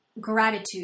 gratitude